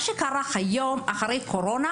אחרי הקורונה